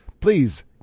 please